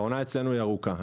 והעונה אצלנו היא ארוכה,